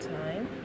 time